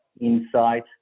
Insight